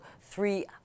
three